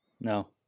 No